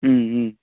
ம்ம்